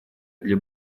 для